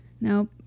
Nope